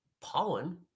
pollen